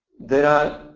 there